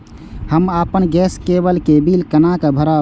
हम अपन गैस केवल के बिल केना भरब?